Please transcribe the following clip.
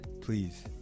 please